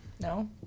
No